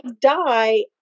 die